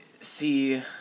see